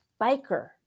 biker